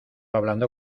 hablando